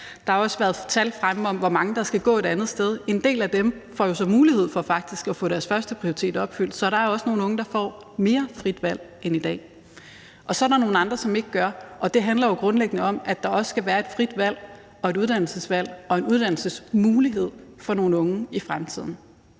Der har også været tal fremme om, hvor mange der skal gå et andet sted. En del af dem får jo så mulighed for faktisk at få deres førsteprioritet opfyldt. Så der er også nogle unge, der får mere frit valg end i dag, og så er der nogle andre, som ikke gør, og det handler jo grundlæggende om, at der også skal være et frit valg, et uddannelsesvalg og en uddannelsesmulighed for unge i fremtiden.